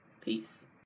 peace